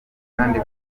kandi